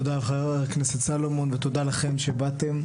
תודה לחבר הכנסת סולומון ותודה לכם שבאתם.